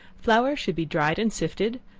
flour should be dried and sifted,